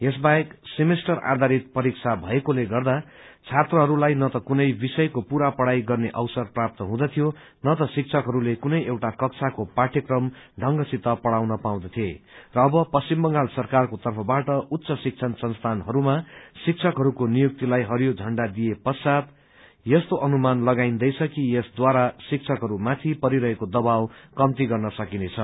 यसबाहेक सेमेस्टर आधारित परीक्षा भएकोले गर्दा छात्रहरूलाई नत कुनै विषयको पूरा पढ़ाई गर्ने अवसर प्राप्त हुँदथ्यो नत शिक्षकहरूले कुनै एउटा कक्षाको पाठयक्रम ढंगसित पढ़ाउन पाउँदये र अब पश्चिम बंगाल सरकारको तर्फबाट उच्च शिक्षण संस्थानहरूमा शिकक्षकहरूको नियुक्तिलाई हरियो झण्डी दिइए पश्चात यस्तो अनुमान लगाइन्दैछ कि यसद्वारा शिक्षकहरूमाथि परिरहेको दबाउ कम्ती गर्न सकिनेछ